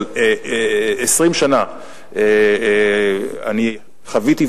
אבל 20 שנה חוויתי,